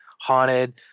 Haunted